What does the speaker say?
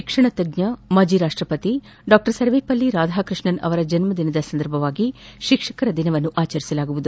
ಶಿಕ್ಷಣ ತಜ್ಞ ಮಾಜಿ ರಾಷ್ಟಪತಿ ಡಾ ಸರ್ವೆಪಲ್ಲಿ ರಾಧಾಕೃಷ್ಣನ್ ಅವರ ಜನ್ಮ ದಿನದ ಸಂದರ್ಭವಾಗಿ ಶಿಕ್ಷಕರ ದಿನ ಆಚರಿಸಲಾಗುವುದು